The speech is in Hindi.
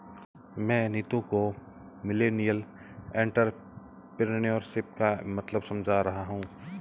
मैं नीतू को मिलेनियल एंटरप्रेन्योरशिप का मतलब समझा रहा हूं